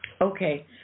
Okay